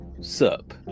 sup